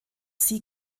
sie